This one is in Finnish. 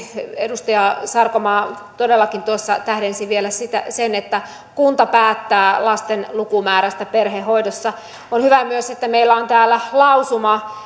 edustaja sarkomaa todellakin tuossa tähdensi vielä sitä että kunta päättää lasten lukumäärästä perhehoidossa on hyvä myös että meillä on täällä lausuma